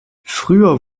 früher